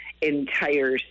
entire